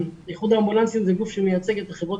איחוד האמבולנסים הוא גוף שמייצג את חברות